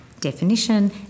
definition